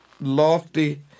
lofty